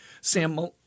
Sam